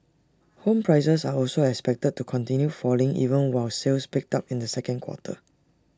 home prices are also expected to continue falling even while sales picked up in the second quarter